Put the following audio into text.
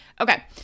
Okay